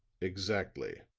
exactly.